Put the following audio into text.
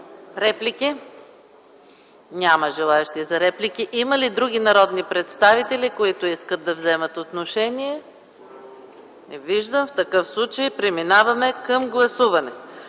реплики? Няма желаещи. Има ли други народни представители, които искат да вземат отношение? Не виждам. Преминаваме към гласуване.